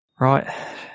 Right